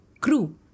crew